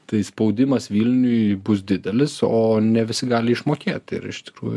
tai spaudimas vilniuj bus didelis o ne visi gali išmokėt ir iš tikrųjų